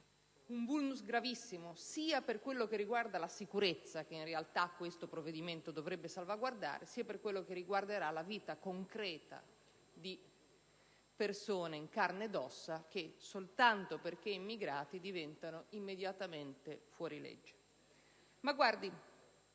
un *vulnus* gravissimo, sia per quello che riguarda la sicurezza, che in realtà questo provvedimento dovrebbe salvaguardare, sia per quello che riguarderà la vita concreta di persone in carne ed ossa, che soltanto perché immigrati diventano immediatamente fuori legge.